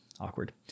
awkward